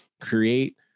Create